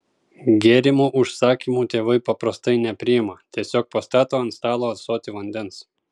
gėrimų užsakymų tėvai paprastai nepriima tiesiog pastato ant stalo ąsotį vandens